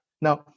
now